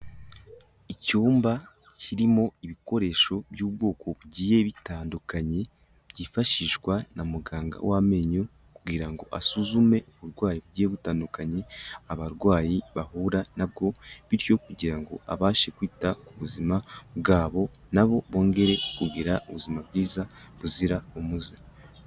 Icyumba kirimo ibikoresho by'ubwoko bugiye bitandukanye, byifashishwa na muganga w'amenyo kugira ngo asuzume uburwayi bugiye butandukanye, abarwayi bahura na bwo bityo kugira ngo abashe kwita ku buzima bwabo na bo bongere kugira ubuzima bwiza buzira umuze.